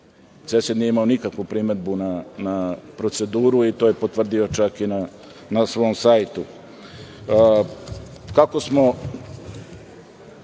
CESID nije imao nikakvu primedbu na proceduru. To je potvrdio čak i na svom sajtu. Kako